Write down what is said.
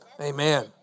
Amen